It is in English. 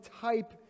type